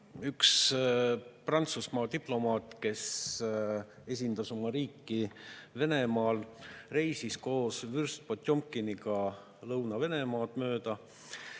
üks Prantsusmaa diplomaat, kes esindas oma riiki Venemaal, reisis koos vürst Potjomkiniga Lõuna-Venemaad mööda